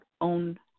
own